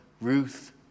Ruth